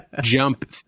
jump